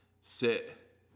sit